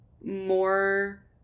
more